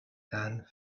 and